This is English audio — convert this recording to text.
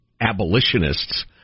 abolitionist's